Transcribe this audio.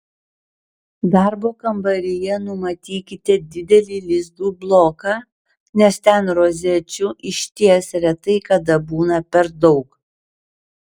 darbo kambaryje numatykite didelį lizdų bloką nes ten rozečių išties retai kada būna per daug